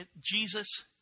Jesus